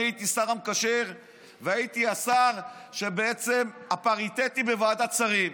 אני הייתי השר המקשר והייתי השר הפריטטי בוועדת שרים.